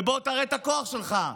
ובוא תראה את הכוח שלך.